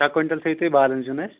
شیٚے کۄینٛٹل تھٲوِو تُہۍ بادام زِیُن اسہِ